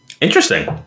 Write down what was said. Interesting